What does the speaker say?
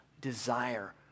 desire